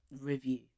review